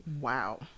Wow